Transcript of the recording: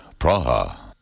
Praha